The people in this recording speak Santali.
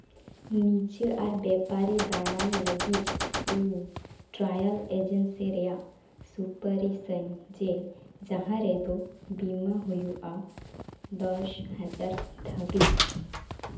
ᱱᱤᱡᱟᱹ ᱟᱨ ᱵᱮᱯᱟᱨᱤ ᱫᱟᱬᱟᱱ ᱞᱟᱹᱜᱤᱫ ᱤᱧ ᱴᱨᱟᱭᱟᱞ ᱮᱡᱮᱱᱥᱤ ᱨᱮᱭᱟᱜ ᱥᱩᱯᱟᱨᱤᱥᱟᱹᱧ ᱡᱮ ᱡᱟᱦᱟᱸ ᱨᱮᱫᱚ ᱵᱤᱢᱟᱹ ᱦᱩᱭᱩᱜᱼᱟ ᱫᱚᱥ ᱦᱟᱡᱟᱨ ᱫᱷᱟᱹᱵᱤᱡ